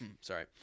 sorry